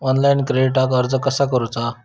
Online क्रेडिटाक अर्ज कसा करुचा?